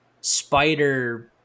spider